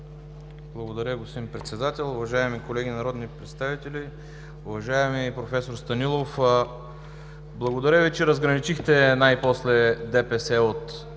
Благодаря, господин Председател. Уважаеми колеги, народни представители! Уважаеми професор Станилов, благодаря Ви, че разграничихте най-после ДПС от